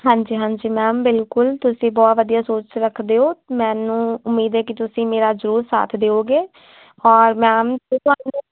ਹਾਂਜੀ ਹਾਂਜੀ ਮੈਮ ਬਿਲਕੁਲ ਤੁਸੀਂ ਬਹੁਤ ਵਧੀਆ ਸੋਚ ਰੱਖਦੇ ਹੋ ਮੈਨੂੰ ਉਮੀਦ ਹੈ ਕਿ ਤੁਸੀਂ ਮੇਰਾ ਜ਼ਰੂਰ ਸਾਥ ਦਿਓਗੇ ਔਰ ਮੈਮ ਹਾਂਜੀ ਤੁਹਾਨੂੰ